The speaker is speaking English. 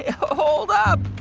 hold up